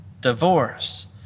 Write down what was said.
divorce